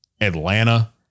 Atlanta